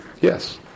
Yes